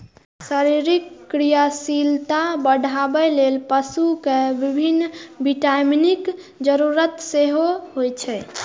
शरीरक क्रियाशीलता बढ़ाबै लेल पशु कें विभिन्न विटामिनक जरूरत सेहो होइ छै